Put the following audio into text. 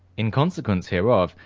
in consequence hereof,